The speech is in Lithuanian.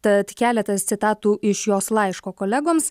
tad keletas citatų iš jos laiško kolegoms